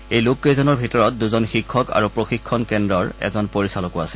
এই লোক কেইজনৰ ভিতৰত দুজন শিক্ষক আৰু প্ৰশিক্ষণ কেন্দ্ৰৰ এজন পৰিচালকো আছে